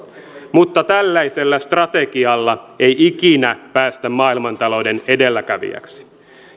mutta tällaisella strategialla ei ikinä päästä maailmantalouden edelläkävijäksi